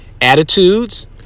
attitudes